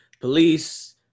police